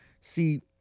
See